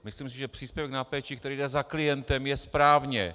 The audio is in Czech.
Myslím, že příspěvek na péči, který jde za klientem, je správně.